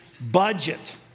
budget